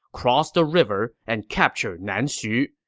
cross the river and capture nanxu.